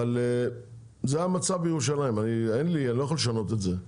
אבל זה המצב בירושלים, אני לא יכול לשנות את זה,